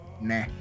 Nah